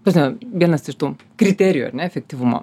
prasme vienas iš tų kriterijų ar ne efektyvumo